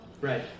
right